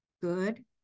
good